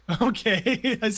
Okay